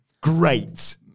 Great